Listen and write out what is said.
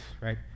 right